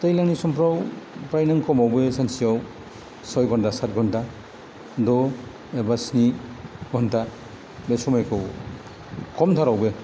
दैज्लांनि समफ्राव फ्राय नों खमैबो सानसेयाव सय घन्टा सात घन्टा द' एबा स्नि घन्टा बे समायखौ खमथारावबो